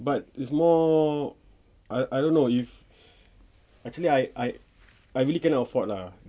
but it's more I I don't know if actually I I I really cannot afford lah